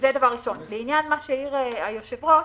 לעניין הערת היושב ראש.